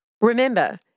Remember